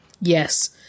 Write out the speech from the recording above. Yes